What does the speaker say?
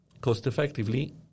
cost-effectively